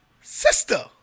sister